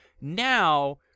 Now